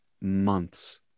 months